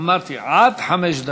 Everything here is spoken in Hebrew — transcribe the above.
אמרתי, עד חמש דקות.